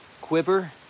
quiver